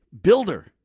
builder